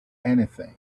anything